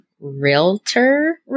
Realtor